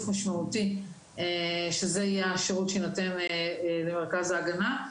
משמעותי שזה יהיה השירות שיינתן למרכז ההגנה.